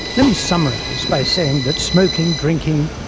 let me summarise by saying that smoking, drinking,